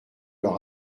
leur